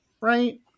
Right